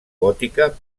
gòtica